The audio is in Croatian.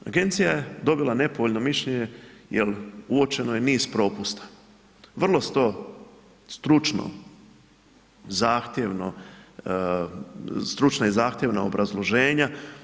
Agencija je dobila nepovoljno mišljenje jer uočeno je niz propusta, vrlo su to, stručno, zahtjevno, stručna i zahtjevna obrazloženja.